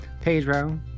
Pedro